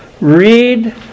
read